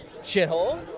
Shithole